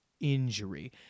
injury